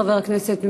חבר הכנסת מיכאלי,